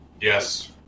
Yes